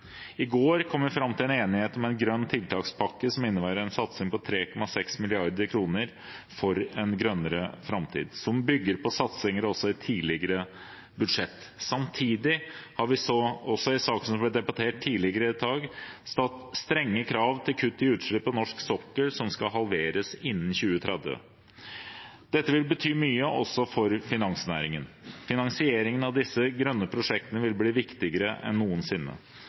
fram til enighet om en grønn tiltakspakke som innebærer en satsing på 3,6 mrd. kr for en grønnere framtid, som bygger på satsinger i tidligere budsjett. Samtidig har vi også i saker som har blitt debattert tidligere i dag, satt strenge krav til kutt i utslipp på norsk sokkel, som skal halveres innen 2030. Dette vil bety mye, også for finansnæringen. Finansieringen av disse grønne prosjektene vi bli viktigere enn noensinne.